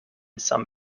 some